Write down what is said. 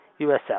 USF